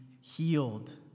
healed